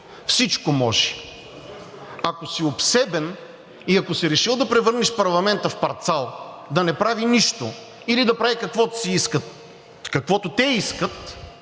Всичко може. Ако си обсебен и ако си решил да превърнеш парламента в парцал, да не прави нищо, или да прави каквото си иска, каквото те искат,